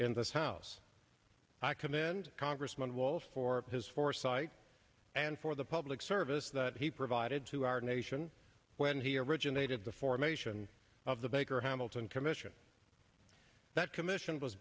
in the house i commend congressman walsh for his foresight and for the public service that he provided to our nation when he originated the formation of the baker hamilton commission that commission was